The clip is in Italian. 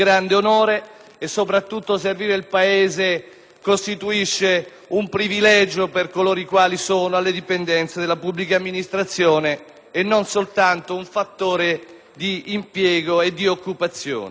onore e che servire il Paese costituisce un privilegio per coloro i quali sono alle dipendenze della pubblica amministrazione e non soltanto un fattore di impiego e di occupazione.